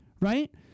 right